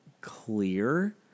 clear